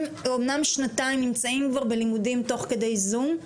הם אמנם שנתיים נמצאים כבר בלימודים תוך כדי זום,